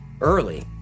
early